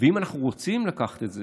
ואם אנחנו רוצים לקחת את זה,